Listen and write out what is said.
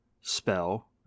spell